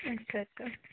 اَچھا کَتھ